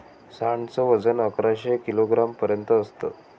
सांड च वजन अकराशे किलोग्राम पर्यंत असत